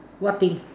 what thing